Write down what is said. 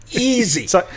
Easy